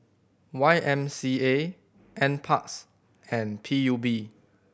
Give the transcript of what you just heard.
Y M C A N Parks and P U B